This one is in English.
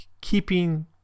keeping